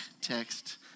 text